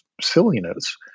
silliness